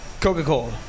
coca-cola